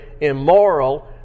immoral